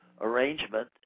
arrangement